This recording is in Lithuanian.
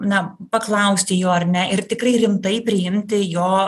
na paklausti jo ar ne ir tikrai rimtai priimti jo